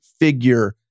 figure